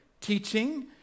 teaching